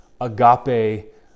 agape